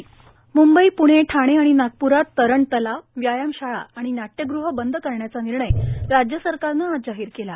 प्णे मुंबई ठाणेआणि नागप्रात तरण तलाव व्यायाम शाळा आणि नाट्यग्ह बंद करण्याचा निर्णय राज्यसरकारने आज जाहीर केला